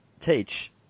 Teach